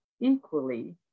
equally